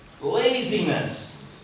Laziness